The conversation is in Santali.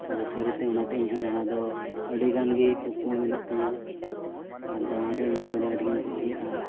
ᱟᱨ ᱥᱟᱹᱨᱤᱛᱮ ᱚᱱᱟᱛᱮ ᱤᱧᱦᱚᱸ ᱫᱟᱬᱟ ᱫᱚ ᱟᱹᱰᱤᱜᱟᱱ ᱜᱮ ᱠᱩᱠᱢᱩ ᱢᱮᱱᱟᱜ ᱛᱤᱧᱟᱹ ᱟᱨ ᱫᱟᱬᱟ ᱫᱚ ᱤᱧᱦᱚᱸ ᱟᱹᱰᱤ ᱟᱴᱜᱮᱧ ᱠᱩᱥᱤᱭᱟᱜᱼᱟ